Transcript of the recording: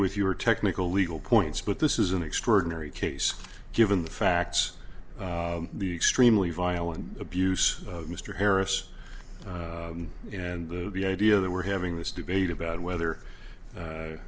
with your technical legal points but this is an extraordinary case given the facts the extremely violent abuse of mr harris and would be idea that we're having this debate about whether